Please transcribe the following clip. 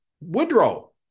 Woodrow